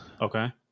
Okay